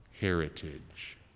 heritage